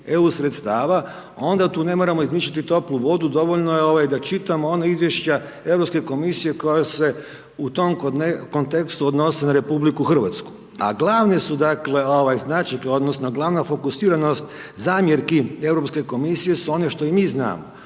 EU sredstava, onda tu ne moramo izmišljati toplu vodu, dovoljno je da čitamo ona izvješća Europske komisije koja se u tom kontekstu odnose na RH. A glavne su dakle značajke odnosno glavna fokusiranost zamjerki Europske komisije su one što i mi znamo